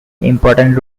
important